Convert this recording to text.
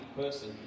person